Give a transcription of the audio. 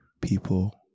people